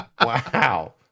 wow